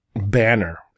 banner